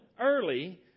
early